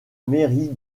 mairie